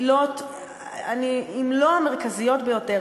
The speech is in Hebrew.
אם לא המרכזיות ביותר,